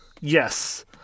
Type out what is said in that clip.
Yes